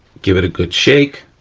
give it a good shake.